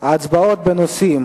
ההצבעות בנושאים